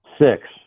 six